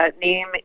name